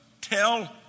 tell